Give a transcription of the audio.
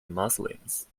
muslims